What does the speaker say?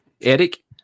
Eric